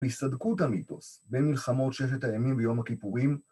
כי סדקו את המיתוס במלחמות ששת הימים ויום הכיפורים.